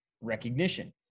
recognition